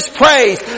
praise